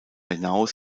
hinaus